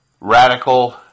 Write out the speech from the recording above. radical